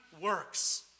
works